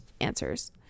answers